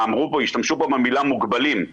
השתמשו פה במילה "מוגבלים",